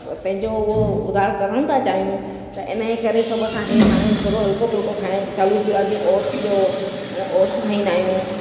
पंहिंजो उहो उधार करणु था चाहियूं त इन जे करे सभु असां हे हाणे थोरो हलको फुलको खाइणु चालू कयो आहे जीअं ओट्स थियो अना ओट्स खाईंदा आहियूं